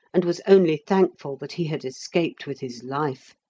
and was only thankful that he had escaped with his life.